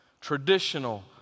Traditional